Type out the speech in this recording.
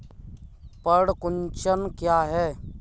पर्ण कुंचन क्या है?